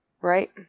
Right